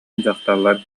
дьахталлар